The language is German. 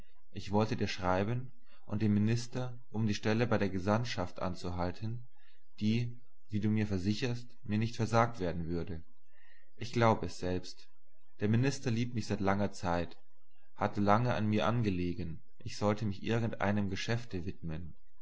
ich wollte dir schreiben und dem minister um die stelle bei der gesandtschaft anzuhalten die wie du versicherst mir nicht versagt werden würde ich glaube es selbst der minister liebt mich seit langer zeit hatte lange mir angelegen ich sollte mich irgendeinem geschäfte widmen